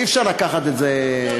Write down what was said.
אי-אפשר לקחת את זה ממנו,